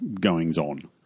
goings-on